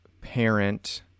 parent